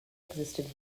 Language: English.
existed